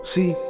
See